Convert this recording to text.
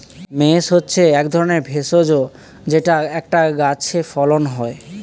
mace হচ্ছে এক ধরনের ভেষজ যেটা একটা গাছে ফলন হয়